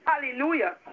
Hallelujah